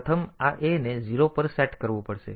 પ્રથમ આ A ને 0 પર સેટ કરવું પડશે